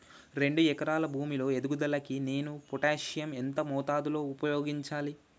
రెండు ఎకరాల భూమి లో ఎదుగుదలకి నేను పొటాషియం ఎంత మోతాదు లో ఉపయోగించాలి?